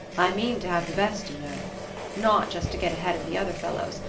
i mean to have the best, you know not just to get ahead of the other fellows,